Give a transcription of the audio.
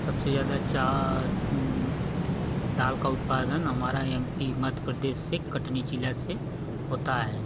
सबसे ज़्यादा दाल का उत्पादन हमारा यम पी मध्य प्रदेश से कटनी ज़िला से होता है